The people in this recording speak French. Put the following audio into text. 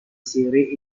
séries